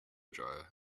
dryer